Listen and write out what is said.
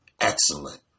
excellent